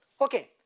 Okay